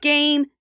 Game